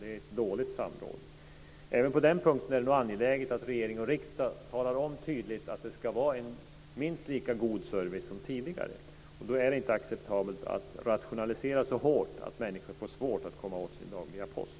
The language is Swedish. Det är ett dåligt samråd. Även på den punkten är det nog angeläget att regering och riksdag talar om tydligt att det ska vara en minst lika god service som tidigare. Och då är det inte acceptabelt att rationalisera så hårt att människor får svårt att komma åt sin dagliga post.